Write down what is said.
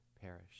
perish